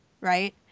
right